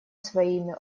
своими